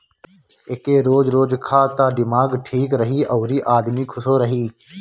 एके रोज रोज खा त दिमाग ठीक रही अउरी आदमी खुशो रही